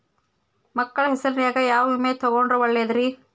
ಮಕ್ಕಳ ಹೆಸರಿನ್ಯಾಗ ಯಾವ ವಿಮೆ ತೊಗೊಂಡ್ರ ಒಳ್ಳೆದ್ರಿ?